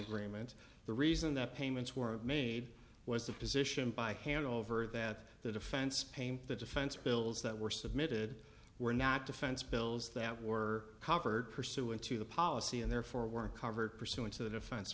agreement the reason that payments were made was the position by hand over that the defense payment the defense bills that were submitted were not defense bills that were covered pursuant to the policy and therefore were covered pursuant to the defense